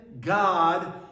God